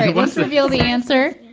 and let's reveal the answer.